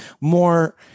More